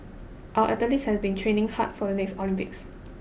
our athletes have been training hard for the next Olympics